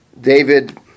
David